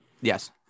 Yes